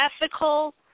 ethical